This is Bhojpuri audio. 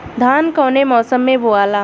धान कौने मौसम मे बोआला?